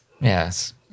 Yes